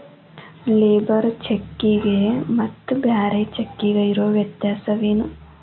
Labour ಚೆಕ್ಕಿಗೆ ಮತ್ತ್ ಬ್ಯಾರೆ ಚೆಕ್ಕಿಗೆ ಇರೊ ವ್ಯತ್ಯಾಸೇನು?